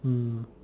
mm